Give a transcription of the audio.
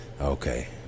okay